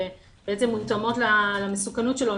שמותאמות למסוכנות שלו,